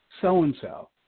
so-and-so